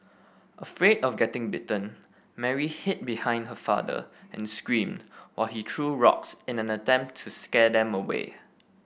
afraid of getting bitten Mary hid behind her father and screamed while he threw rocks in an attempt to scare them away